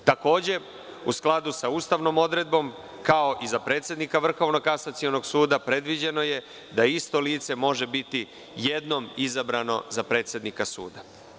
U skladu sa ustavnom odredbom, kao i za predsednika Vrhovnog kasacionog suda, predviđeno je da isto lice može biti jednom izabrano za predsednika suda.